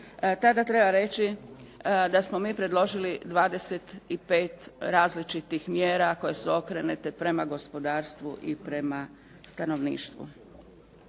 tada treba reći da smo mi predložili 25 različitih mjera koje su okrenute prema gospodarstvu i prema stanovništvu.